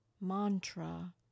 mantra